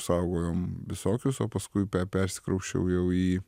saugojom visokius o paskui persikrausčiau jau į